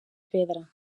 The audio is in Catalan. pedra